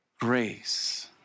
Grace